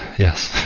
yes.